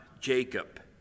Jacob